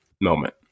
moment